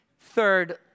Third